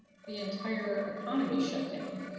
the entire economy shut down.